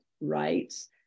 rights